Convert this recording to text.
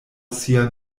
sia